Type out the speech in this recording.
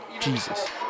Jesus